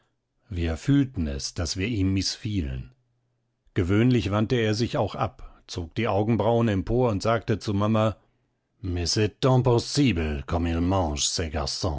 wir fühlten es daß wir ihm mißfielen gewöhnlich wandte er sich auch ab zog die augenbrauen empor und sagte zu mama